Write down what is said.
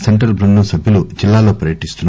central బృందం సభ్యులు జిల్లాలో పర్యటిస్తున్నారు